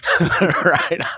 right